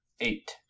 eight